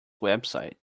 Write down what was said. website